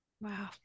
Wow